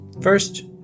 First